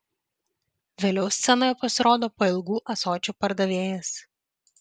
vėliau scenoje pasirodo pailgų ąsočių pardavėjas